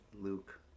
Luke